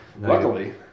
Luckily